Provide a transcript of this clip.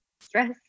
stress